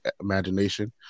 imagination